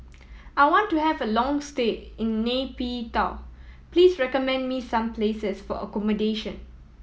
I want to have a long stay in Nay Pyi Taw please recommend me some places for accommodation